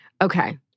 Okay